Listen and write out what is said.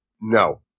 No